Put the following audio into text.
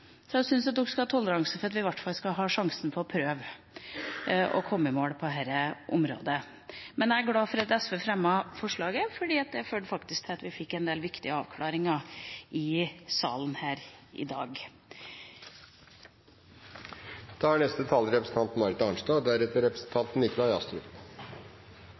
så jeg syns at de skal ha toleranse for at vi i hvert fall får sjansen til å prøve å komme i mål på dette området. Men jeg er glad for at SV fremmet forslaget, for det førte til at vi fikk en del viktige avklaringer i salen her i dag.